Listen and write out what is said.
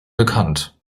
bekannt